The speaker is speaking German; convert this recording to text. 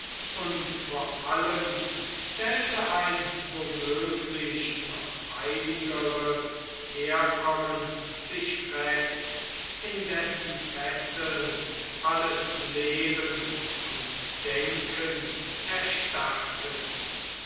und vor allem stellte ein womöglich noch heiligeres herkommen sich fest in dessen fesseln alles leben und denken erstarrte